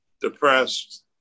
depressed